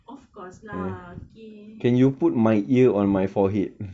of course lah okay